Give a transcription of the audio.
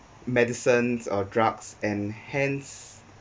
medicine or drugs and hence